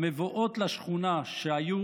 המבואות לשכונה, שהיו